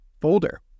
folder